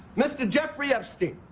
mr. jeffrey epstein.